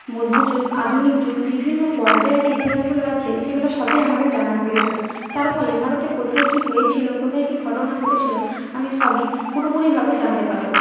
মধ্যযুগ আধুনিক যুগ বিভিন্ন পর্যায়ের যে ইতিহাসগুলো আছে সেগুলো সবই আমাদের জানার প্রয়োজন তার ফলে ভারতে কোথায় কী হয়েছিল কোথায় কী ঘটনা ঘটেছিল আমি সবই পুরোপুরিভাবে জানতে পারব